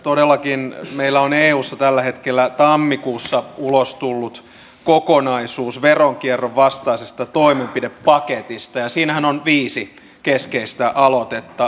todellakin meillä on eussa tällä hetkellä tammikuussa ulos tullut kokonaisuus veronkierron vastaisesta toimenpidepaketista ja siinähän on viisi keskeistä aloitetta